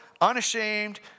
unashamed